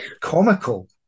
comical